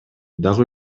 дагы